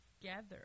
together